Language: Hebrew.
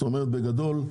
בגדול,